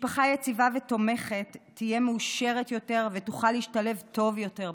משפחה יציבה ותומכת תהיה מאושרת יותר ותוכל להשתלב טוב יותר בחברה.